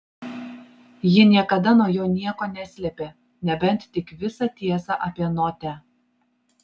ji niekada nuo jo nieko neslėpė nebent tik visą tiesą apie notę